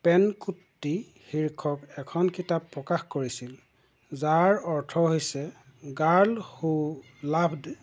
পেনকুট্টি শীৰ্ষক এখন কিতাপ প্ৰকাশ কৰিছিল যাৰ অৰ্থ হৈছে গাৰ্ল হু লাভড্